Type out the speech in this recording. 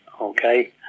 okay